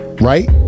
Right